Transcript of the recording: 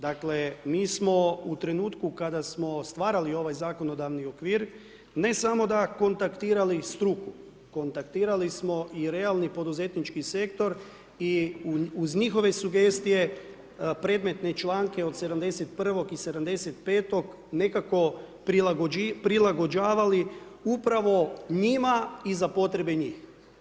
Dakle, mi smo u trenutku kada smo stvarali ovaj zakonodavni okvir, ne samo da kontaktirali struku, kontaktirali smo i realni poduzetnički sektor i uz njihove sugestije predmetne članke od 71. i 75. prilagođavali upravo njima i za potrebe njih.